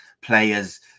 players